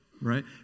right